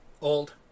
old